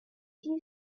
you